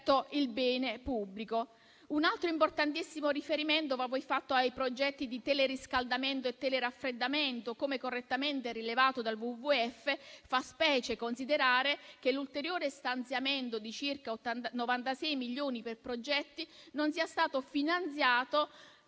il bene pubblico. Un altro importantissimo riferimento va poi fatto ai progetti di teleriscaldamento e teleraffreddamento. Come correttamente rilevato dal WWF, fa specie considerare che l'ulteriore stanziamento di circa 96 milioni per progetti non sia stato finanziato